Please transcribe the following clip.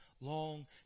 long